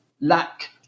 lack